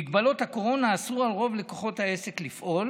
ומגבלות הקורונה אסרו על העסק לפעול